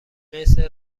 مثل